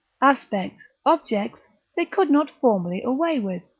aspects, objects they could not formerly away with.